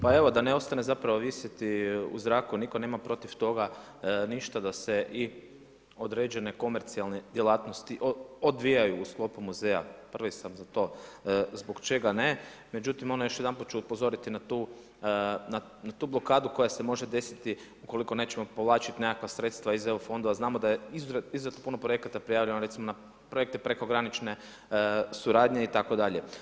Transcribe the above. Pa evo da ne ostane zapravo visiti u zraku, nitko nema protiv toga ništa da se i određene komercijalne djelatnosti odvijaju u sklopu muzeja, prvi sam za to zbog čega ne međutim onda još jedanput ću upozoriti na tu blokadu koja se može desiti ukoliko nećemo povlačiti nekakva sredstva iz EU fondova, znamo da je izuzetno puno projekata prijavljeno na projekte prekogranične suradnje itd.